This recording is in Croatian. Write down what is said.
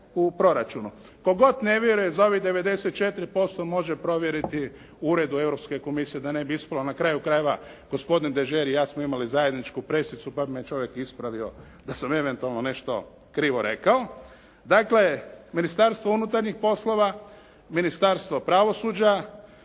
u proračunu. Tko god ne vjeruje za ovih 94% može provjeriti u uredu Europske komisije, da ne bi ispalo na kraju krajeva, gospodin Dežer i ja smo imali zajedničku presicu, pa bi me čovjek ispravio da sam eventualno nešto krivo rekao. Dakle, Ministarstvo unutarnjih poslova, Ministarstvo pravosuđa,